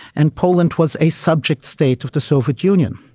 and poland was a subject state of the soviet union.